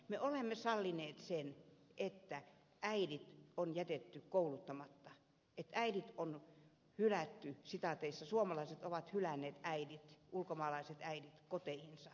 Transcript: me olemme sallineet sen että äidit on jätetty kouluttamatta että äidit on hylätty sitaateissa suomalaiset ovat hylänneet ulkomaalaiset äidit koteihinsa